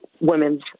women's